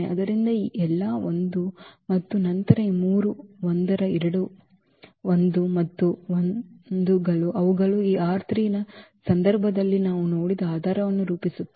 ಆದ್ದರಿಂದ ಎಲ್ಲಾ 1 ಮತ್ತು ನಂತರ ಈ ಮೂರು 1 ರ ಎರಡು 1 ಮತ್ತು 1 ಗಳು ಅವುಗಳು ಈ ರ ಸಂದರ್ಭದಲ್ಲಿ ನಾವು ನೋಡಿದ ಆಧಾರವನ್ನು ರೂಪಿಸುತ್ತವೆ